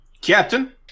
Captain